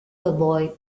avoid